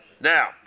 Now